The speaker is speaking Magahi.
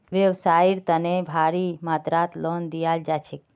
व्यवसाइर तने भारी मात्रात लोन दियाल जा छेक